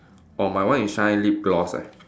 oh my one is shine lip gloss leh